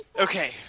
okay